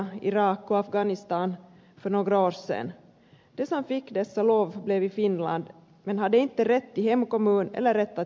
de som fick dessa lov stannade i finland men hade inte rätt till hemkommun eller rätt att jobba